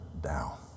down